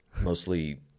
mostly